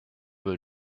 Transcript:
will